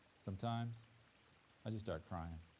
sometimes i just start cryin',